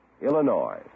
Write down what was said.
Illinois